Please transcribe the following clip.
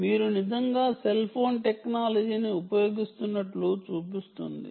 మీరు నిజంగా cell phone టెక్నాలజీని ఉపయోగిస్తున్నట్లు చూపిస్తుంది